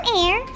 air